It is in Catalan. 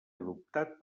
adoptat